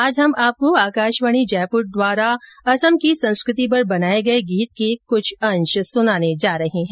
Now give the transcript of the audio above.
आज हम आपको आकाशवाणी जयपुर द्वारा असम की संस्कृति पर बनाये गये गीत के कुछ अंश सुनाने जा रहे है